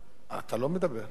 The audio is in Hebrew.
אתה לא מדבר.